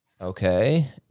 Okay